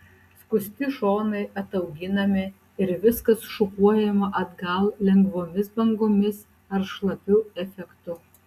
skusti šonai atauginami ir viskas šukuojama atgal lengvomis bangomis ar šlapiu efektu